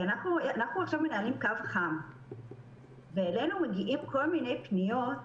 אנחנו מנהלים עכשיו קו חם ואלינו מגיעות כל מיני פניות,